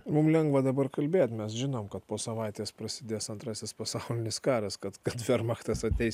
mum lengva dabar kalbėt mes žinom kad po savaitės prasidės antrasis pasaulinis karas kad kad vermachtas ateis